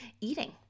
eating